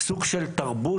סוג של תרבות